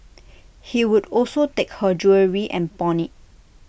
he would also take her jewellery and pawn IT